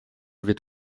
wird